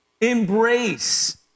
embrace